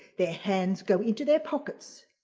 their hands go into their pockets.